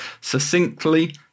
succinctly